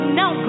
now